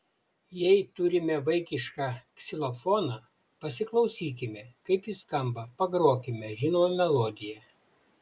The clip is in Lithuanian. jei turime vaikišką ksilofoną pasiklausykime kaip jis skamba pagrokime žinomą melodiją